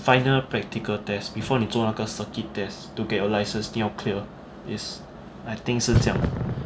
final practical test before 你做那个 circuit test to get your license 一定要 clear is I think 是这样